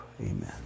Amen